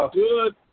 good